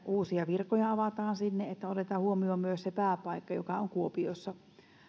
uusia virkoja avataan sinne otetaan huomioon myös se pääpaikka joka on kuopiossa